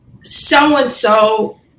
so-and-so